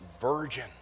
virgin